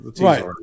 Right